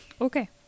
Okay